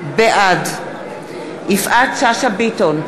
בעד יפעת שאשא ביטון,